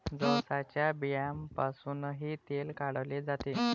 जवसाच्या बियांपासूनही तेल काढले जाते